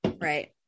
Right